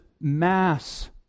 mass